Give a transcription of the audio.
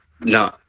no